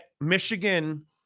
Michigan